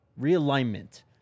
realignment